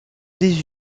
des